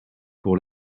pour